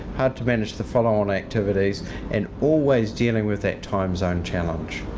hard to manage the follow-on activities and always dealing with that time zone challenge.